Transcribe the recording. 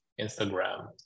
Instagram